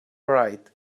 right